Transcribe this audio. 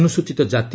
ଅନୁସ୍ଚିତ ଜାତି